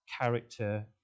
character